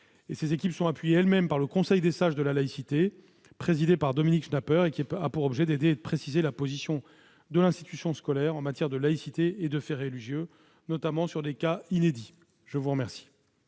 Ces équipes sont appuyées par le Conseil des sages de la laïcité que préside Dominique Schnapper et qui a pour objet d'aider et de préciser la position de l'institution scolaire en matière de laïcité et de faits religieux, notamment sur des cas inédits. La parole